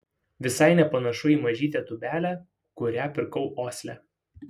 visai nepanašu į mažytę tūbelę kurią pirkau osle